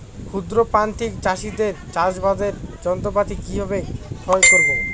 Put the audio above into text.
ক্ষুদ্র প্রান্তিক চাষীদের চাষাবাদের যন্ত্রপাতি কিভাবে ক্রয় করব?